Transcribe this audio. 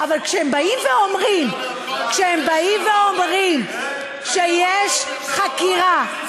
אבל כשהם באים ואומרים כשהם באים ואומרים שיש חקירה,